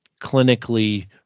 clinically